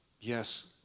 Yes